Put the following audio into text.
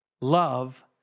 Love